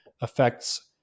affects